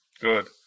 Good